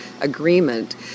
agreement